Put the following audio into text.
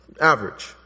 Average